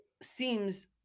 seems